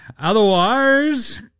Otherwise